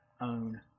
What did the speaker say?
own